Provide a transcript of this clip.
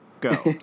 go